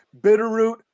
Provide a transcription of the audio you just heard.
Bitterroot